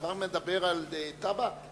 הדבר מדבר על תב"ע?